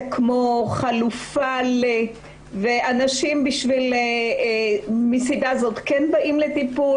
כמו חלופה למשהו אחר ואנשים מסיבה זו באים לטיפול